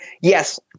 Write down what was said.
yes